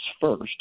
first